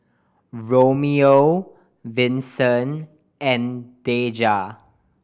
Romeo Vinson and Deja